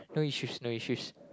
no issues no issues